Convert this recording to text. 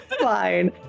fine